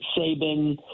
Saban